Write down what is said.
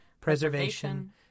preservation